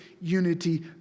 unity